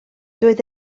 doedd